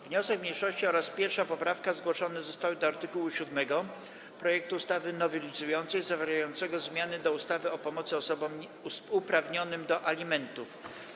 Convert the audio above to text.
Wniosek mniejszości oraz 1. poprawka zgłoszone zostały do art. 7 projektu ustawy nowelizującej zawierającego zmiany do ustawy o pomocy osobom uprawnionym do alimentów.